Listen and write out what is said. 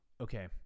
Okay